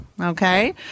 Okay